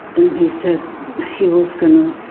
and he said he was gonna